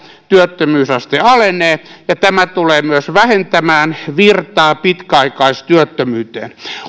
työttömyysaste alenee ja tämä tulee myös vähentämään virtaa pitkäaikaistyöttömyyteen